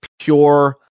pure